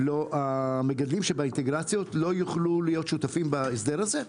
המגדלים שבאינטגרציות לא יוכלו להיות שותפים בהסדר הזה?